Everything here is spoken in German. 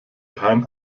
kein